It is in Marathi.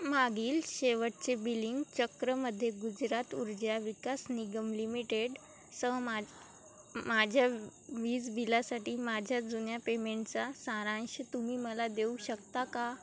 मागील शेवटचे बिलिंग चक्रामध्ये गुजरात ऊर्जा विकास निगम लिमिटेड सह मा माझ्या वीज बिलासाठी माझ्या जुन्या पेमेंटचा सारांश तुम्ही मला देऊ शकता का